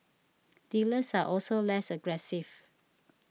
dealers are also less aggressive